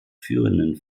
führenden